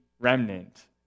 remnant